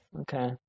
Okay